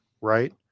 right